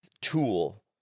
tool